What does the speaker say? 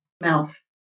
mouth